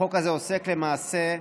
החוק הזה עוסק למעשה,